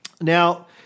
Now